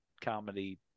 comedy